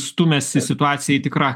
stumiasi situacija į tikrą